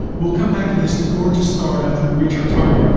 we'll come back to this gorgeous star after we reach our target,